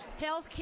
Healthcare